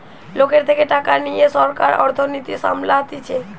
লোকের থেকে টাকা লিয়ে সরকার অর্থনীতি সামলাতিছে